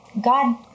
God